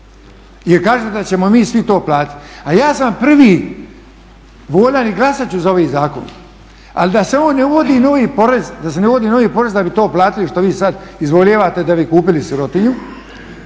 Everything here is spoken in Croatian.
jer kažete da ćemo mi to svi platiti. A ja sam prvi voljan i glasat ću za ovaj zakon ali da se on ne uvodi novi porez, da se ne uvodi novi porez da bi to platili što vi sad izvoljevate da bi kupili sirotinju,